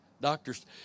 doctors